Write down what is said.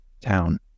town